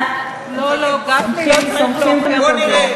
לא, לא, גפני לא צריך להוכיח כלום.